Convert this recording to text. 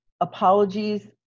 apologies